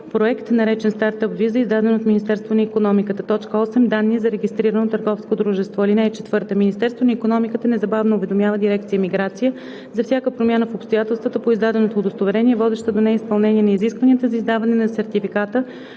проект, наречен „Стартъп виза“, издаден от Министерство на икономиката; 8. данни за регистрираното търговско дружество. (4) Министерството на икономиката незабавно уведомява дирекция „Миграция“; за всяка промяна в обстоятелствата по издаденото удостоверение, водеща до неизпълнение на изискванията за издаване на сертификата,